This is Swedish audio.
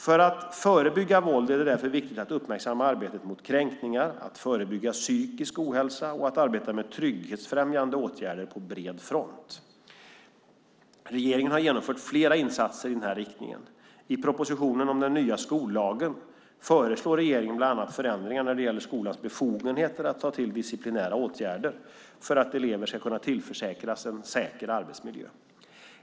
För att förebygga våld är det därför viktigt att uppmärksamma arbetet mot kränkningar, att förebygga psykisk ohälsa och att arbeta med trygghetsfrämjande åtgärder på bred front. Regeringen har genomfört flera insatser i denna riktning. I propositionen om den nya skollagen föreslår regeringen bland annat förändringar när det gäller skolans befogenheter att ta till disciplinära åtgärder för att elever ska kunna tillförsäkras en säker arbetsmiljö.